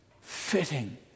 fitting